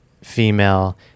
female